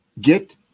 Get